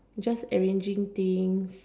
just arranging things